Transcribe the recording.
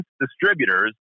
distributors